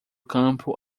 campo